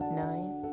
nine